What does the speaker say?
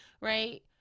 right